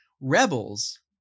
Rebels